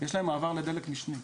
יש להן מעבר לדלק משני.